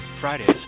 Fridays